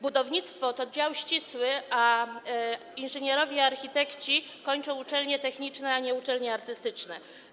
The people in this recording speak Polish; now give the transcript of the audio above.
Budownictwo to dział ścisły, a inżynierowie, architekci kończą uczelnie techniczne, a nie uczelnie artystyczne.